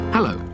Hello